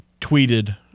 tweeted